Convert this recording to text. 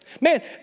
Man